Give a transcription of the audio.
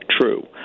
true